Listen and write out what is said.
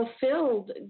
fulfilled